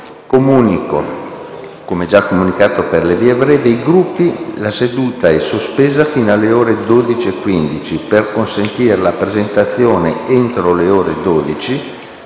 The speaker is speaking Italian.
Comunico, come già indicato per le vie brevi ai Gruppi, che la seduta sarà sospesa fino alle ore 12,15 per consentire la presentazione, entro le ore 12,